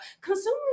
Consumers